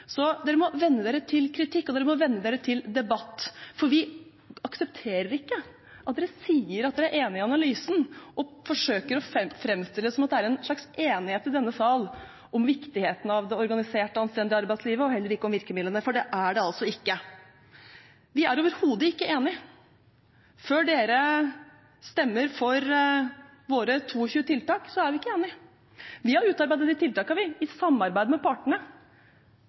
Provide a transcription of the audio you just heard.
Så dere må venne dere til kritikk, og dere må venne dere til debatt. For vi aksepterer ikke at dere sier at dere er enig i analysen og forsøker å framstille det som om det er en slags enighet i denne sal om viktigheten av det organiserte og anstendige arbeidslivet og om virkemidlene, for det er det altså ikke. Vi er overhodet ikke enige. Før dere stemmer for våre 22 tiltak, er vi ikke enige. Vi har utarbeidet disse tiltakene i samarbeid med partene.